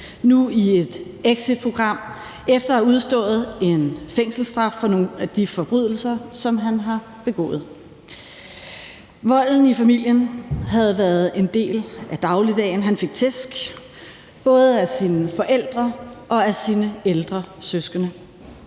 nu i et exitprogram efter at have udstået en fængselsstraf for nogle af de forbrydelser, som han har begået. Volden i familien havde været en del af dagligdagen. Han fik tæsk, både af sine forældre og af sine ældre søskende.